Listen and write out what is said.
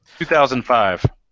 2005